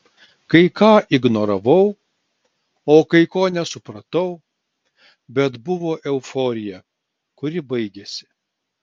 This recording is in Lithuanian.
kai ką ignoravau o kai ko nesupratau bet buvo euforija kuri baigėsi